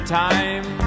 time